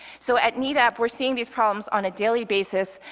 so at nedap, we're seeing these problems on a daily basis,